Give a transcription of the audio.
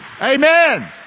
Amen